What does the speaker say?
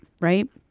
right